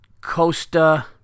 Costa